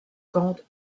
conte